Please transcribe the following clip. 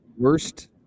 worst